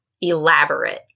elaborate